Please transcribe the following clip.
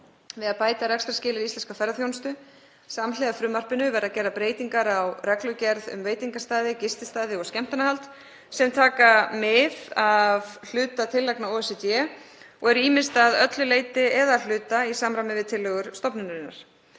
við að bæta rekstrarskilyrði íslenskrar ferðaþjónustu. Samhliða frumvarpinu verða gerðar breytingar á reglugerð um veitingastaði, gististaði og skemmtanahald sem taka mið af hluta tillagna OECD og eru ýmist að öllu leyti eða að hluta í samræmi við tillögur stofnunarinnar.